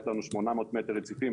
יש לנו 800 מטר רציפים,